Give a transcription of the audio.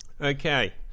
Okay